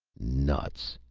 nuts!